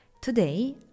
Today